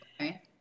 okay